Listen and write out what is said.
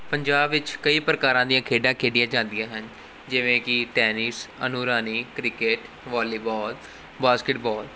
ਪੰਜਾਬ ਵਿੱਚ ਕਈ ਪ੍ਰਕਾਰ ਦੀਆਂ ਖੇਡਾਂ ਖੇਡੀਆਂ ਜਾਂਦੀਆਂ ਹਨ ਜਿਵੇਂ ਕਿ ਟੈਨਿਸ ਅਨੁਰਾਣੀ ਕ੍ਰਿਕਟ ਵਾਲੀਬਾਲ ਬਾਸਕਿਟਬਾਲ